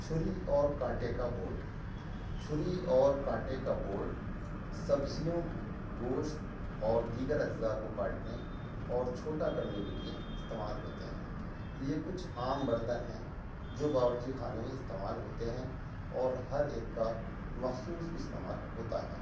چھری اور کانٹے کا بورڈ چھری اور کانٹے کا بورڈ سبزیوں گوشت اور دیگر اجزا کو کاٹنے اور چھوٹا کرنے کے لیے استعمال ہوتے ہیں یہ کچھ عام برتن ہیں جو باورچی خانے میں استعمال ہوتے ہیں اور ہر ایک کا مخصوص استعمال ہوتا ہے